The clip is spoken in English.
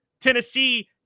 tennessee